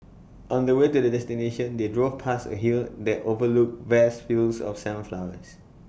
on the way to their destination they drove past A hill that overlooked vast fields of sunflowers